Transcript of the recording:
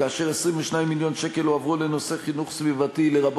כאשר 22 מיליון שקל הועברו לנושא חינוך סביבתי,